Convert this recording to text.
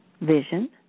vision